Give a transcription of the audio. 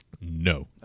No